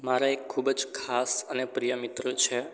મારે એક ખૂબ જ ખાસ અને પ્રિય મિત્ર છે